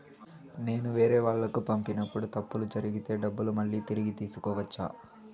నేను వేరేవాళ్లకు పంపినప్పుడు తప్పులు జరిగితే డబ్బులు మళ్ళీ తిరిగి తీసుకోవచ్చా?